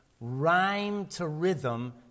rhyme-to-rhythm